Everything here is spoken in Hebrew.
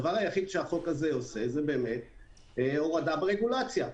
הדבר היחיד שהחוק הזה עושה זה באמת הורדה ברגולציה.